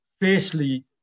fiercely